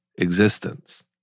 Existence